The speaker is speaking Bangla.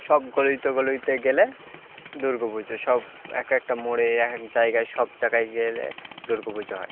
সব গলিতে গলিতে গেলে দুর্গা পুজো সব একেকটা মোড়ে একেক জায়গায় সব জায়গায় গেলে দুর্গা পুজো হয়